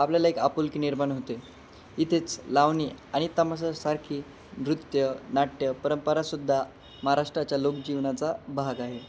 आपल्याला एक आपुलकी निर्माण होते इथेच लावणी आणि तमाशासारखी नृत्य नाट्य परंपरा सुद्धा महाराष्ट्राच्या लोकजीवनाचा भाग आहे